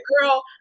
girl